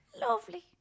Lovely